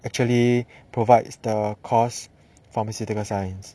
actually provides the course pharmaceutical science